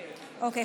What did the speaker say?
אוקיי,